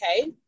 okay